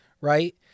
right